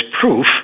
proof